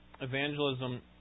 evangelism